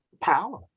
power